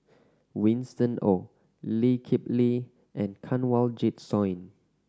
Winston Oh Lee Kip Lee and Kanwaljit Soin